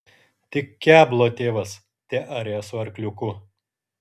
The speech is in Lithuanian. tik keblo tėvas tearė su arkliuku